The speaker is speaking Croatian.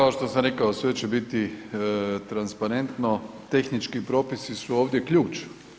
Kao što sam rekao, sve će biti transparentno, tehnički propisi su ovdje ključ.